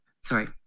sorry